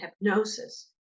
hypnosis